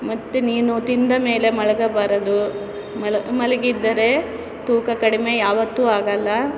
ಮತ್ತೆ ನೀನು ತಿಂದ ಮೇಲೆ ಮಲಗಬಾರದು ಮಲಗಿದ್ದರೆ ತೂಕ ಕಡಿಮೆ ಯಾವತ್ತೂ ಆಗಲ್ಲ